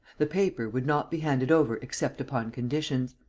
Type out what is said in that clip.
the paper would not be handed over except upon conditions.